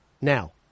Now